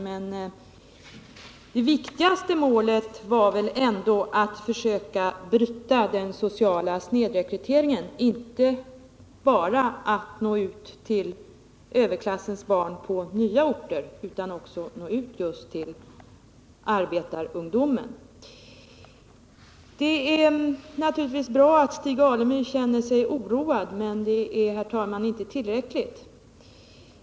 Men det viktigaste målet var väl ändå att försöka bryta den sociala snedrekryteringen, att nå ut just till arbetarungdomen och inte bara till Det är naturligtvis bra att Stig Alemyr känner sig oroad, men det är inte tillräckligt.